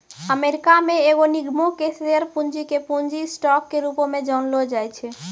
America मे एगो निगमो के शेयर पूंजी के पूंजी स्टॉक के रूपो मे जानलो जाय छै